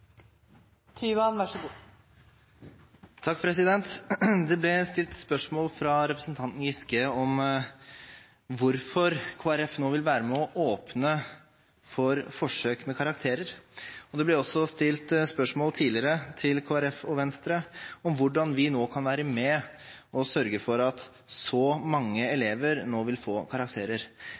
Representanten Giske spurte om hvorfor Kristelig Folkeparti nå vil være med og åpne for forsøk med karakterer. Det ble også tidligere stilt spørsmål til Kristelig Folkeparti og Venstre om hvordan vi nå kan være med på å sørge for at så mange elver nå vil få karakterer.